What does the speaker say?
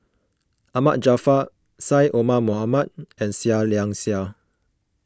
Ahmad Jaafar Syed Omar Mohamed and Seah Liang Seah